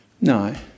No